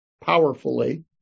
powerfully